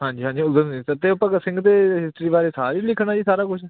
ਹਾਂਜੀ ਹਾਂਜੀ ਊਧਮ ਸਿੰਘ ਅਤੇ ਉਹ ਭਗਤ ਸਿੰਘ ਦੇ ਹਿਸਟਰੀ ਬਾਰੇ ਸਾਰਾ ਹੀ ਲਿਖਣਾ ਜੀ ਸਾਰਾ ਕੁਛ